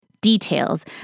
details